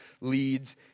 leads